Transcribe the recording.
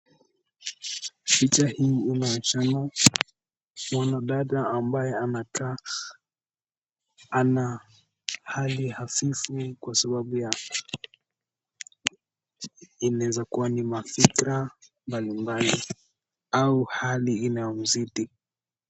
Picha hii inaonyeshana mwanadada ambaye anakaa ana hali hafifu kwa sababu ya; inaweza kuwa ni mafikira mbalimbali au hali inayomzidi.